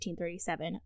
1537